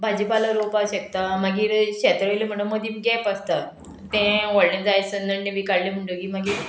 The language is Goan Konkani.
भाजी पालो रोवपाक शेकता मागीर शेत रोयले म्हणटा मदीं गॅप आसता तें व्हडलें जाय नडणीं बी काडलें म्हणटकीर मागीर